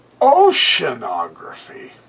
Oceanography